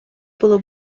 було